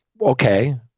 Okay